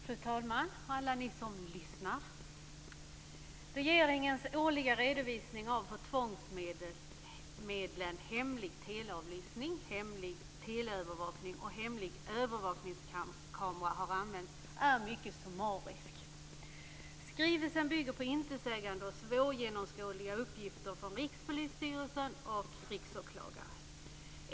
Fru talman! Alla ni som lyssnar! Regeringens årliga redovisning av hur tvångsmedlen hemlig teleavlyssning, hemlig teleövervakning och hemlig övervakningskamera har använts är mycket summarisk. Skrivelsen bygger på intetsägande och svårgenomskådliga uppgifter från Rikspolisstyrelsen och Riksåklagaren.